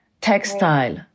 textile